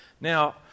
Now